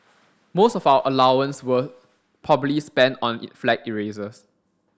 most of our allowance were probably spent on flag erasers